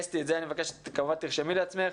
אסתי, את זה אני מבקש שתרשמי לעצמך